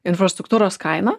infrastruktūros kaina